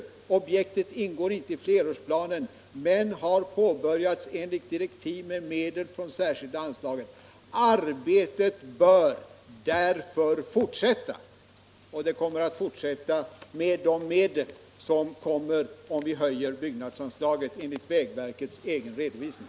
Objektet ingår inte i flerårsplanen men har påbörjats enligt direktiv med medel från särskilda anslaget. Arbetet bör därför fortsätta.” Arbetet kommer således att fortsätta med de medel som ställs till förfogande om vi höjer byggnadsanslaget enligt vägverkets egen redovisning.